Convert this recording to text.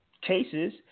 cases